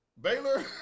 Baylor